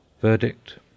Verdict